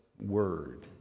word